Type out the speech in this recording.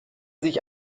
sich